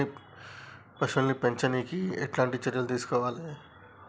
పశువుల్ని పెంచనీకి ఎట్లాంటి చర్యలు తీసుకోవాలే?